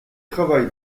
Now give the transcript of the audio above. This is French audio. travail